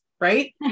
right